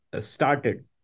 started